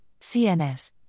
CNS